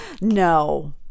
no